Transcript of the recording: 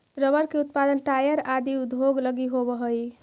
rubber के उत्पादन tyre आदि उद्योग लगी होवऽ हइ